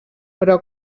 però